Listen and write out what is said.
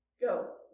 Go